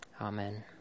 amen